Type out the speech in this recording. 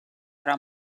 ära